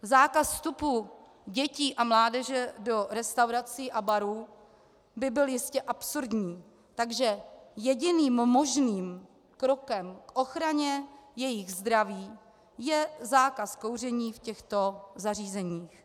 Zákaz vstupu dětí a mládeže do restaurací a barů by byl jistě absurdní, takže jediným možným krokem k ochraně jejich zdraví je zákaz kouření v těchto zařízeních.